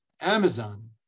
Amazon